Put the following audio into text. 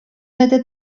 это